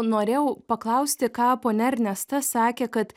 norėjau paklausti ką ponia ernesta sakė kad